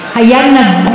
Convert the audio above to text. ביהירות.